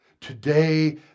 today